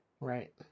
Right